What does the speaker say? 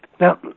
Now